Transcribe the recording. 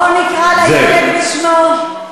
אנטי-דמוקרטי.